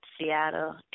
Seattle